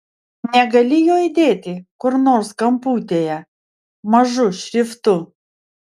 negali jo įdėti kur nors kamputyje mažu šriftu